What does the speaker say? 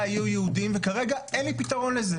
הגיור לא נולד במדינת ישראל ב-20 שנה ואפילו